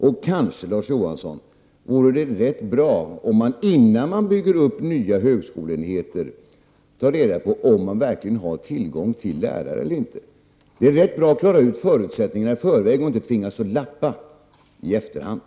Och kanske vore det, Larz Johansson, rätt bra om man, innan man bygger upp nya högskoleenheter, tar reda på om man verkligen har tillgång till lärare eller inte. Det är rätt bra att klara ut förutsättningarna i förväg och inte tvingas lappa i efterhand.